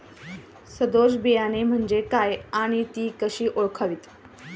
सदोष बियाणे म्हणजे काय आणि ती कशी ओळखावीत?